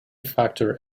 factor